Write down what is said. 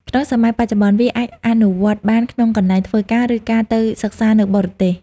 ក្នុងសម័យបច្ចុប្បន្ន វាអាចអនុវត្តបានក្នុងកន្លែងធ្វើការ ឬការទៅសិក្សានៅបរទេស។